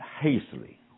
hastily